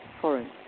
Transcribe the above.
foreign